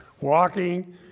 walking